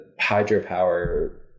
hydropower